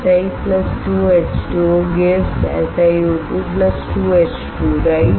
Si 2H2O SiO2 2H2 right